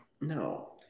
No